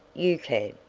you can.